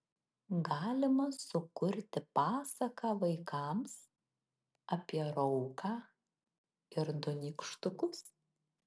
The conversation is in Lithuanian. galima sukurti pasaką vaikams apie rauką ir du nykštukus